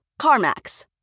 CarMax